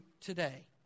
today